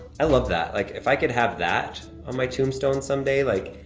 i love that, like if i could have that on my tombstone someday, like,